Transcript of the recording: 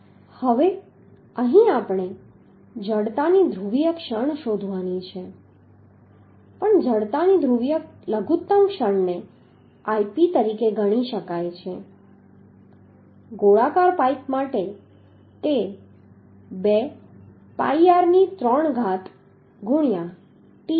હવે અહીં આપણે જડતાની ધ્રુવીય ક્ષણ શોધવાની છે પણ જડતાની ધ્રુવીય લઘુત્તમ ક્ષણને Ip તરીકે ગણી શકાય છે ગોળાકાર પાઇપ માટે તે 2 pi r ની ત્રણ ઘાત ગુણ્યા t હશે